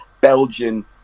Belgian